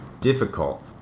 difficult